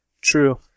True